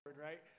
right